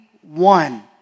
one